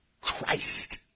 Christ